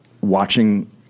watching